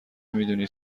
میدونی